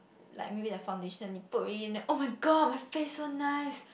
like maybe the foundation you put already then [oh]-my-god my face so nice